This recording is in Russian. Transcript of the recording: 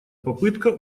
попытка